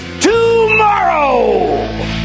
tomorrow